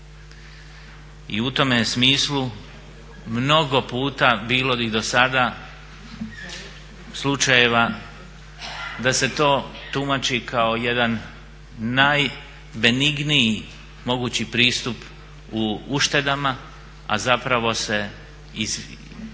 I u tome smislu mnogo puta bilo i do sada slučajeva da se to tumači kao jedan najbenigniji mogući pristup u uštedama, a zapravo se gubi